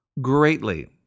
greatly